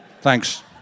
thanks